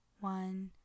One